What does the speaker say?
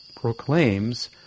proclaims